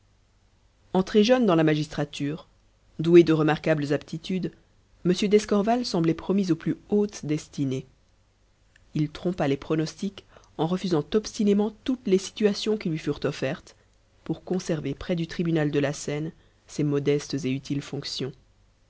entré jeune dans la magistrature doué de remarquables aptitudes m d'escorval semblait promis aux plus hautes destinées il trompa les pronostics en refusant obstinément toutes les situations qui lui furent offertes pour conserver près du tribunal de la seine ses modestes et utiles fonctions